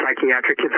psychiatric